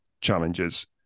challenges